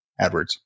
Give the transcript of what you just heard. adwords